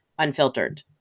unfiltered